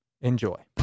Enjoy